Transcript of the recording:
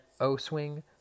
O-swing